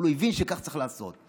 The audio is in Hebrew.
אבל הוא הבין שכך צריך לעשות.